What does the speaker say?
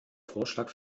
vorschlag